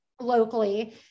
locally